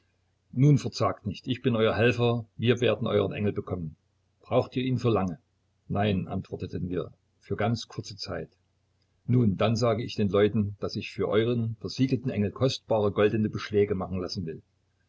nun verzagt nicht ich bin euer helfer wir werden euern engel bekommen braucht ihr ihn für lange nein antworteten wir für ganz kurze zeit nun dann sage ich den leuten daß ich für euren versiegelten engel kostbare goldene beschläge machen lassen will